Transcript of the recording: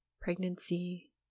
pregnancy